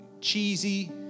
cheesy